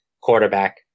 quarterback